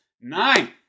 nine